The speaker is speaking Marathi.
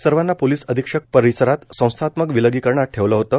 सर्वांना पोलिस अधीक्षक कार्यालय परिसरात संस्थात्मक विलगीकरणात ठेवलं होतं